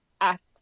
act